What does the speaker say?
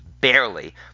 barely